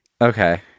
Okay